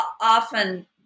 often